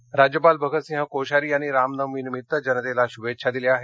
रामनवमी राज्यपाल भगतसिंह कोश्यारी यांनी रामनवमीनिमित्त जनतेला शुभेच्छा दिल्या आहेत